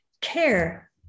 care